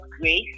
grace